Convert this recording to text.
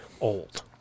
old